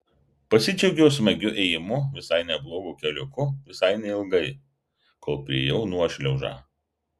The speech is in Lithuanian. pasidžiaugiau smagiu ėjimu visai neblogu keliuku visai neilgai kol priėjau nuošliaužą